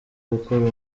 gukora